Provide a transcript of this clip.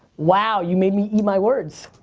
wow you made me eat my words.